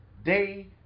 Day